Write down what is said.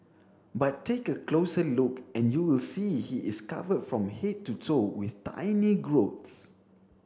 but take a closer look and you will see he is covered from head to toe with tiny growths